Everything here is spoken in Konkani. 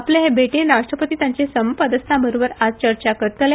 आपले हे भेटयेत राष्ट्रपती तांचे समपदस्थां बरोबर आज चर्चा करतले